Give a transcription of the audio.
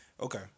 Okay